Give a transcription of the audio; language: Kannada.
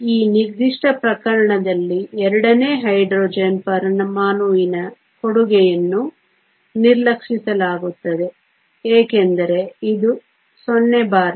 ಆದ್ದರಿಂದ ಈ ನಿರ್ದಿಷ್ಟ ಪ್ರಕರಣದಲ್ಲಿ ಎರಡನೇ ಹೈಡ್ರೋಜನ್ ಪರಮಾಣುವಿನ ಕೊಡುಗೆಯನ್ನು ನಿರ್ಲಕ್ಷಿಸಲಾಗುತ್ತದೆ ಏಕೆಂದರೆ ಇದು 0 ಬಾರಿ